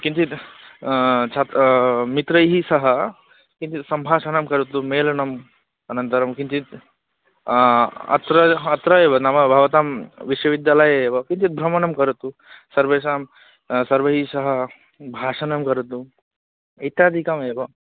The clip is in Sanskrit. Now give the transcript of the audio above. किञ्चिद् छात्रः मित्रैः सह किञ्चिद् सम्भाषणं करोतु मेलनम् अनन्तरं किञ्चित् अत्र अत्रैव नाम भवतां विश्वविद्यालये एव किञ्चिद् भ्रमणं करोतु सर्वेषां सर्वैः सह भाषणं करोतु इत्यादिकमेव